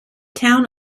town